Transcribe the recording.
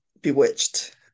bewitched